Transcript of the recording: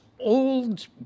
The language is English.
old